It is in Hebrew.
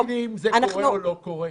ואיך יודעים אם זה קורה או לא קורה?